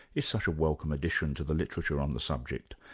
is such a welcome addition to the literature on the subject.